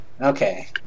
Okay